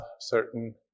certain